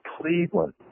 Cleveland